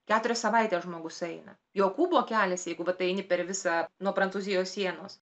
keturias savaites žmogus eina jokūbo kelias jeigu vat eini per visą nuo prancūzijos sienos